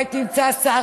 אבל אולי תמצא שר